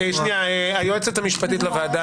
היועצת המשפטית לוועדה,